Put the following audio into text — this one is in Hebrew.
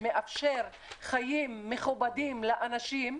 שמאפשר חיים מכובדים לאנשים,